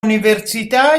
università